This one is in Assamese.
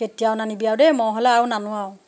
কেতিয়াও নানিবি আৰু দেই মই হ'লে আৰু নানো আৰু